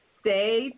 stay